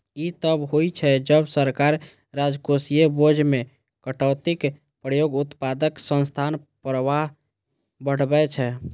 ई तब होइ छै, जब सरकार राजकोषीय बोझ मे कटौतीक उपयोग उत्पादक संसाधन प्रवाह बढ़बै छै